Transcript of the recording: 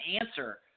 answer